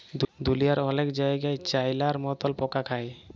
দুঁলিয়ার অলেক জায়গাই চাইলার মতল পকা খায়